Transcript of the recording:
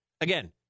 Again